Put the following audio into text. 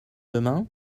demain